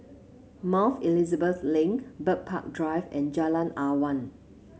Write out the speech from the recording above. Mount Elizabeth Link Bird Park Drive and Jalan Awan